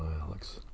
Alex